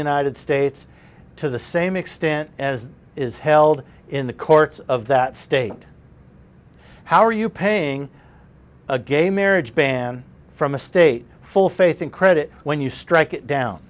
united states to the same extent as is held in the courts of that state how are you paying a gay marriage ban from a state full faith and credit when you strike it down